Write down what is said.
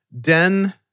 den